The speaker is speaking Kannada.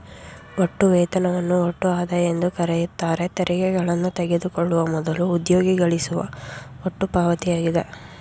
ಒಟ್ಟು ವೇತನವನ್ನು ಒಟ್ಟು ಆದಾಯ ಎಂದುಕರೆಯುತ್ತಾರೆ ತೆರಿಗೆಗಳನ್ನು ತೆಗೆದುಕೊಳ್ಳುವ ಮೊದಲು ಉದ್ಯೋಗಿ ಗಳಿಸುವ ಒಟ್ಟು ಪಾವತಿಯಾಗಿದೆ